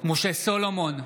משה סולומון,